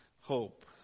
hope